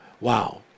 Wow